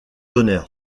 d’honneur